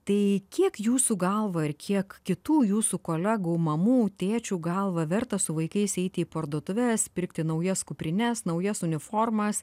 tai kiek jūsų galva ir kiek kitų jūsų kolegų mamų tėčių galva verta su vaikais eiti į parduotuves pirkti naujas kuprines naujas uniformas